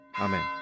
Amen